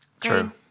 True